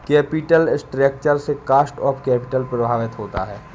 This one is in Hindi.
कैपिटल स्ट्रक्चर से कॉस्ट ऑफ कैपिटल प्रभावित होता है